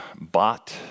bought